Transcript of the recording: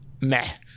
Meh